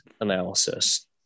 analysis